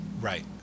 Right